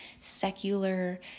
secular